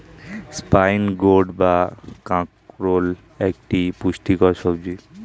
spine gourd বা কাঁকরোল একটি পুষ্টিকর সবজি